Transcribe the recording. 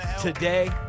today